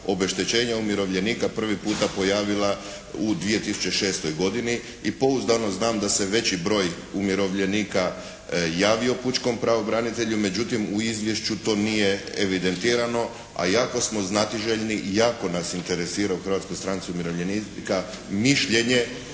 obeštećenja umirovljenika prvi puta pojavila u 2006. godini i pouzdano znam da se veći broj umirovljenika javio pučkom pravobranitelju. Međutim, u izvješću to nije evidentirano, a jako smo znatiželjni i jako nas interesira u Hrvatskoj stranci umirovljenika mišljenje